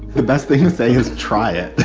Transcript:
the best they can say is try it.